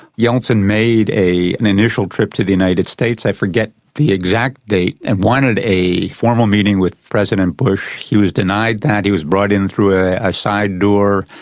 yeltsin made an initial trip to the united states, i forget the exact date, and wanted a formal meeting with president bush. he was denied that, he was brought in through a side door,